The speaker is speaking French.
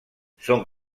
sont